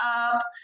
up